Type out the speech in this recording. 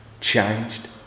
changed